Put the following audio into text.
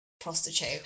prostitute